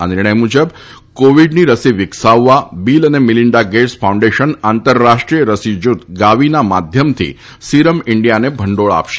આ નિર્ણય મુજબ કોવીડની રસી વિકસાવવા બીલ અને મીલીન્ડા ગેટસ ફાઉન્ડેશન આંતરરાષ્ટ્રીય રસી જુથ ગાવીના માધ્યમથી સિરમ ઇન્જિયાને ભારતને ભંડોળ આપશે